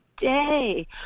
day